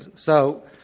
so,